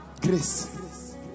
Grace